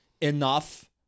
Enough